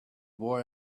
boy